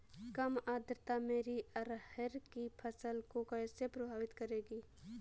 कम आर्द्रता मेरी अरहर की फसल को कैसे प्रभावित करेगी?